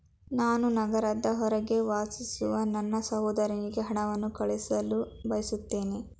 ನಾನು ನಗರದ ಹೊರಗೆ ವಾಸಿಸುವ ನನ್ನ ಸಹೋದರನಿಗೆ ಹಣವನ್ನು ಕಳುಹಿಸಲು ಬಯಸುತ್ತೇನೆ